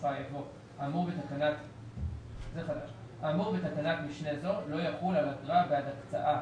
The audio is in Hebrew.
בסופה יבוא: "האמור בתקנת משנה זו לא יחול על אגרה בעד הקצאת